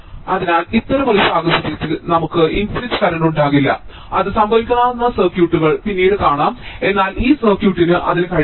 അതിനാൽ ഇത്തരമൊരു സാഹചര്യത്തിൽ നമുക്ക് ഇൻഫിനിറ്റ് കറന്റ് ഉണ്ടാകില്ല അത് സംഭവിക്കാവുന്ന സർക്യൂട്ടുകൾ പിന്നീട് കാണാം എന്നാൽ ഈ സർക്യൂട്ടിൽ അതിന് കഴിയില്ല